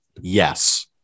yes